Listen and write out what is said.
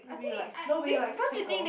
nobody likes nobody likes thick girls